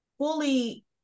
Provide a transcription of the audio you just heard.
Fully